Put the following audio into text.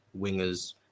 wingers